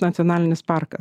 nacionalinis parkas